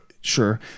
Sure